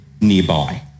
nearby